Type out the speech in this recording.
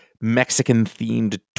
Mexican-themed